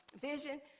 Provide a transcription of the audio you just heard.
vision